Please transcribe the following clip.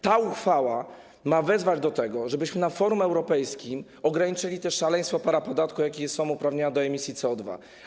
Ta uchwała ma wezwać do tego, żebyśmy na forum europejskim ograniczyli szaleństwo parapodatku, jakim są uprawnienia do emisji CO2